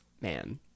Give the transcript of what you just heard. man